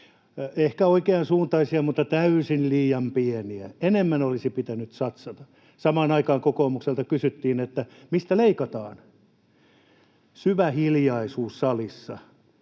ehkä oikeansuuntaisia mutta täysin liian pieniä, enemmän olisi pitänyt satsata. Samaan aikaan kokoomukselta kysyttiin, mistä leikataan. Syvä hiljaisuus salissa.